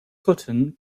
cotton